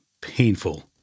painful